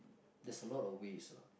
there's a lot of ways what